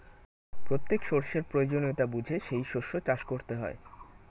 প্রত্যেক শস্যের প্রয়োজনীয়তা বুঝে সেই শস্য চাষ করতে হয়